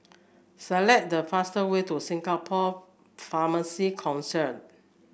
select the fast way to Singapore Pharmacy Council